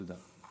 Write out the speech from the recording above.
תודה.